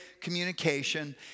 communication